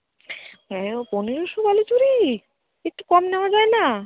হ্যাঁ ও পনেরোশো বালুচরি একটু কম নেওয়া যায় না